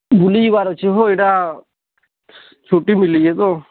ବୁଲି ଯିବାର ଅଛି ହୋ ଏଇଟା ଛୁଟି ମିଳିଛେ ତ